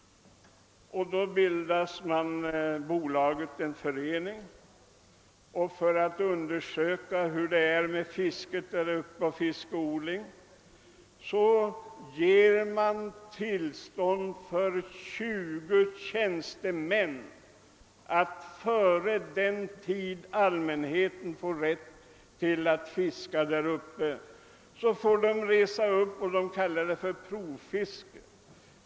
Bolaget bildade en särskild förening för ändamålet, och för att undersöka hur det stod till med fisket och fiskodlingen gavs tillstånd för tjugo tjänstemän i bolaget att före den tid då allmänheten skulle erhålla rätt att fiska få resa dit upp och fiska — detta kallades »provfiske».